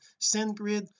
SendGrid